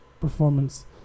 performance